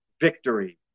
victory